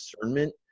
discernment